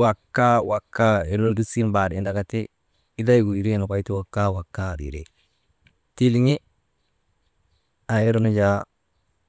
wak kaa, wak kaa irii lutisii mbaar Indika ti iday gu wirii nukoy ti wak kaa wak kaa, wireere, tilŋi aa irnu jaa